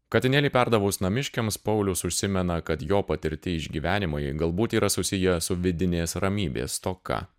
katinėlį perdavus namiškiams paulius užsimena kad jo patirti išgyvenimai galbūt yra susiję su vidinės ramybės stoka